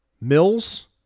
Mills